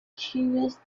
curious